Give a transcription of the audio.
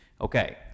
Okay